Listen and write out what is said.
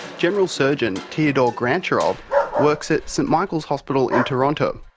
general surgeon teodor grantcharov works at st michael's hospital in toronto.